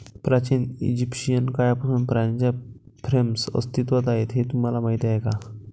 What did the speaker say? प्राचीन इजिप्शियन काळापासून पाण्याच्या फ्रेम्स अस्तित्वात आहेत हे तुम्हाला माहीत आहे का?